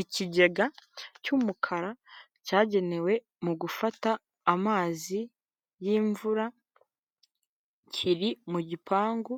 Ikigega cy'umukara cyagenewe mu gufata amazi y'imvura, kiri mu gipangu